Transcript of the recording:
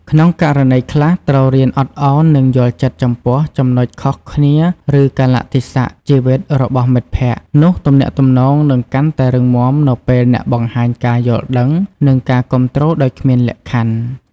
ក្នុងករណីខ្លះ ត្រូវរៀនអត់ឱន និងយល់ចិត្តចំពោះចំណុចខុសគ្នា ឬកាលៈទេសៈជីវិតរបស់មិត្តភក្តិ នោះទំនាក់ទំនងនឹងកាន់តែរឹងមាំនៅពេលអ្នកបង្ហាញការយល់ដឹង និងការគាំទ្រដោយគ្មានលក្ខខណ្ឌ។